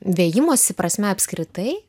vijimosi prasme apskritai